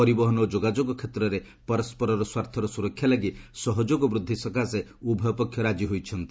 ପରିବହନ ଓ ଯୋଗାଯୋଗ କ୍ଷେତ୍ରରେ ପରସ୍କରର ସ୍ୱାର୍ଥର ସୁରକ୍ଷା ଲାଗି ସହଯୋଗ ବୃଦ୍ଧି ସକାଶେ ଉଭୟ ପକ୍ଷ ରାଜି ହୋଇଛନ୍ତି